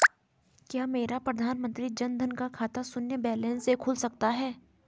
क्या मेरा प्रधानमंत्री जन धन का खाता शून्य बैलेंस से खुल सकता है?